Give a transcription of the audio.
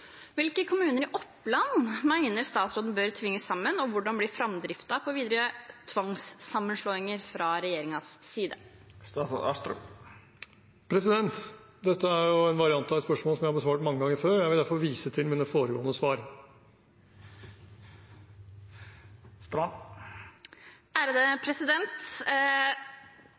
Hvilke kommuner i Oppland mener statsråden bør tvinges sammen, og hvordan blir framdrifta på videre tvangssammenslåinger fra regjeringas side?» Dette er en variant av et spørsmål jeg har besvart mange ganger før, og jeg vil derfor vise til mine foregående svar.